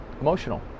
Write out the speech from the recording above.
emotional